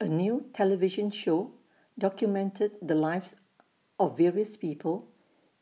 A New television Show documented The Lives of various People